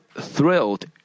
thrilled